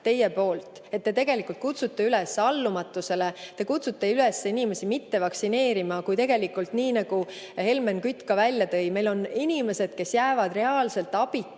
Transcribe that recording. te tegelikult kutsute üles allumatusele, te kutsute inimesi üles mitte vaktsineerima. Tegelikult, nii nagu Helmen Kütt ka välja tõi, meil on inimesed, kes jäävad reaalselt abita,